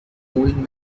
old